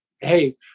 hey